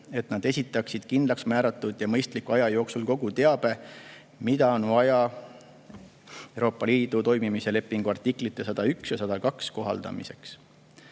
et nad esitaksid kindlaksmääratud ja mõistliku aja jooksul kogu teabe, mida on vaja Euroopa Liidu toimimise lepingu artiklite 101 ja 102 kohaldamiseks.